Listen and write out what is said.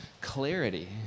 clarity